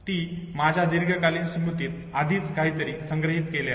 मी माझ्या दीर्घकालीन स्मृतीत आधीच काहीतरी संग्रहित केले आहे